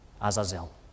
Azazel